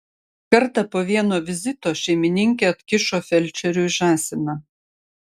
kartą po vieno vizito šeimininkė atkišo felčeriui žąsiną